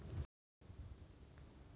भूमि विकास बैंक भारत्त एक किस्मेर बैंक छेक